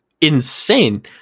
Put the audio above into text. insane